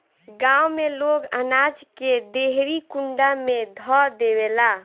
गांव में लोग अनाज के देहरी कुंडा में ध देवेला